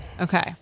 Okay